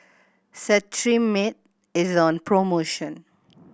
Cetrimide is on promotion